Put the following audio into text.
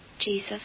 Jesus